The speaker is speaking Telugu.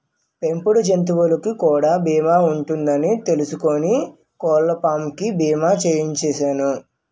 పెంపుడు జంతువులకు కూడా బీమా ఉంటదని తెలుసుకుని కోళ్ళపాం కి బీమా చేయించిసేను